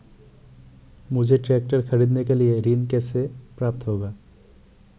मुझे ट्रैक्टर खरीदने के लिए ऋण कैसे प्राप्त होगा?